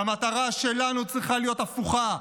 והמטרה שלנו צריכה להיות הפוכה,